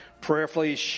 prayerfully